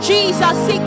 Jesus